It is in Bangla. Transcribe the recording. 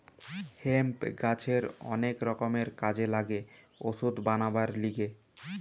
হেম্প গাছের অনেক রকমের কাজে লাগে ওষুধ বানাবার লিগে